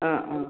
ആ ആ